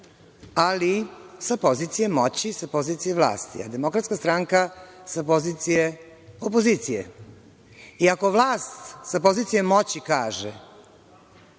ali sa pozicije moći, sa pozicije vlasti, a DS sa pozicije opozicije. I ako vlast sa pozicije moći kaže,